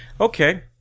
Okay